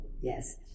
yes